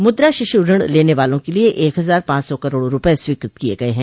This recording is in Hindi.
मुद्रा शिशु ऋण लेने वालों के लिये एक हजार पांच सौ करोड़ रूपये स्वीकृत किये गये है